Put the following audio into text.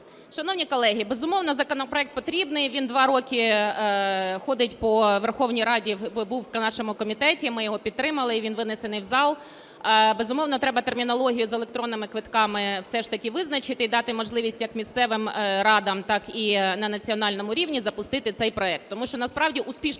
Шановні колеги, безумовно, законопроект потрібний, він два роки ходить по Верховній Раді, був в нашому комітеті, ми його підтримали і він винесений в зал. Безумовно, треба термінологію з електронними квитками все ж таки визначити і дати можливість як місцевим радам, так і на національному рівні запустити цей проект. Тому що насправді успішного